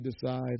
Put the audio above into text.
decide